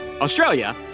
Australia